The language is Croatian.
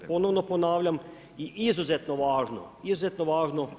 Ponovno ponavljam i izuzetno važno,